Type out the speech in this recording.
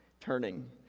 turning